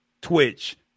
Twitch